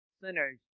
sinners